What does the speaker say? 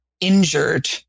injured